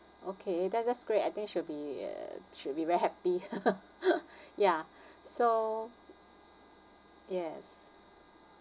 okay that's that's great I think she'll be uh she'll be very happy ya so yes